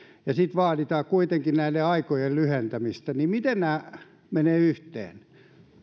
ja sitten vaaditaan kuitenkin näiden aikojen lyhentämistä miten nämä menevät yhteen